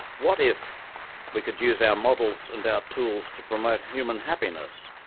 what if we could use our models and our tools to promote human happiness,